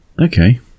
Okay